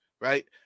right